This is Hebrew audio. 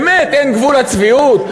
באמת, אין גבול לצביעות?